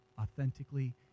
authentically